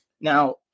Now